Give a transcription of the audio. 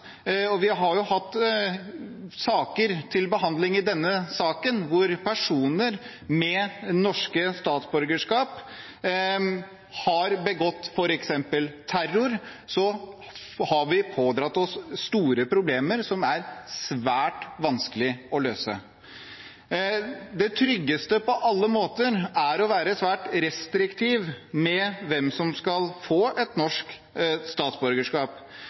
og vi har jo hatt saker til behandling i denne saken, hvor personer med norsk statsborgerskap har begått f.eks. terror – har vi pådratt oss store problemer som er svært vanskelige å løse. Det tryggeste på alle måter er å være svært restriktiv med hvem som skal få et norsk statsborgerskap.